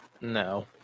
No